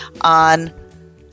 on